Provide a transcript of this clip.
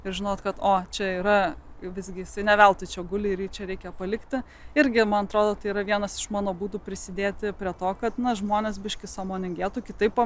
ir žinot kad o čia yra visgi ne veltui čia guli ir jį čia reikia palikti irgi man atrodo tai yra vienas iš mano būdų prisidėti prie to kad žmonės biškį sąmoningėtų kitaip